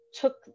took